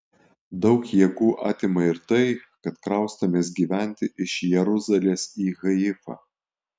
daug jėgų atima ir tai kad kraustomės gyventi iš jeruzalės į haifą